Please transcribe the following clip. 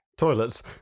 Toilets